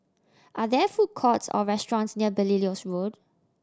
are there food courts or restaurants near Belilios Road